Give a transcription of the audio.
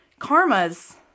karmas